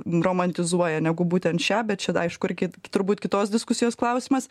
romantizuoja negu būtent šią bet čia aišku irgi turbūt kitos diskusijos klausimas